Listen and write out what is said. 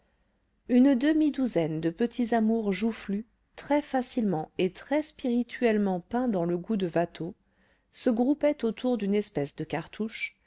une demi-douzaine de petits amours joufflus très facilement et très spirituellement peints dans le goût de watteau se groupaient autour d'une espèce de cartouche